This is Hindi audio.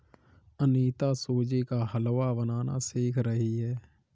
अनीता सूजी का हलवा बनाना सीख रही है